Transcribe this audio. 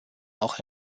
auch